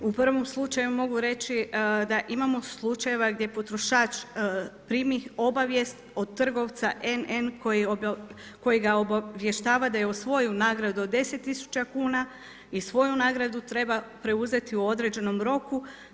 U prvom slučaju mogu reći da imamo slučajeva gdje potrošač primi obavijest od trgovca NN koji ga obavještava da je osvojio nagradu od 10 tisuća kuna i svoju nagradu treba preuzeti u određenom roku.